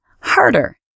harder